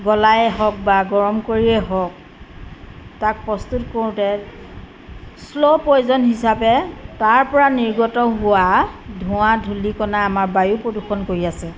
গলাই হওক বা গৰম কৰিয়েই হওক তাক প্ৰস্তুত কৰোঁতে শ্ল' পয়জন হিচাপে তাৰ পৰা নিৰ্গত হোৱা ধোঁৱা ধূলিকনা আমাৰ বায়ু প্ৰদূষণ কৰি আছে